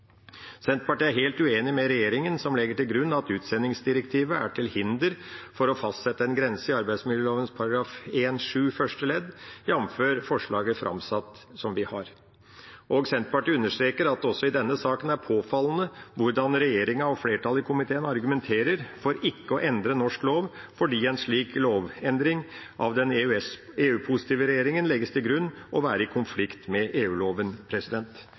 Senterpartiet er helt uenig med regjeringa, som legger til grunn at utsendingsdirektivet er til hinder for å fastsette en grense i arbeidsmiljøloven § 1-7 første ledd, jf. forslaget vi har framsatt. Senterpartiet understreker at det også i denne saken er påfallende hvordan regjeringa og flertallet i komiteen argumenterer for ikke å endre norsk lov fordi det legges til grunn – av den EU-positive regjeringa – at en slik lovendring er i konflikt med